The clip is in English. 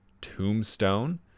Tombstone